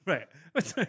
Right